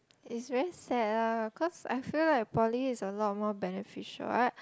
is very sad lah cause I feel like poly is a lot more beneficial I